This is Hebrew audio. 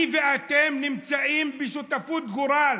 אני ואתם נמצאים בשותפות גורל